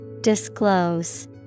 Disclose